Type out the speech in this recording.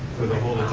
for the whole